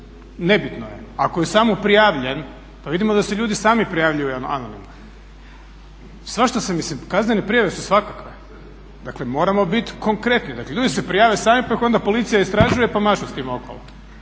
ne bitno je, ako je samo prijavljen, pa vidimo da se ljudi sami prijavljuju anonimno. Svašta se, mislim kaznene prijave su svakakve. Dakle moramo biti konkretni. Dakle ljudi se prijave sami pa ih onda policija istražuje, pa mašu s tim okolo.